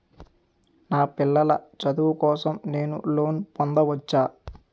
నా పిల్లల చదువు కోసం నేను లోన్ పొందవచ్చా?